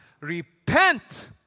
Repent